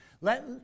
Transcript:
Let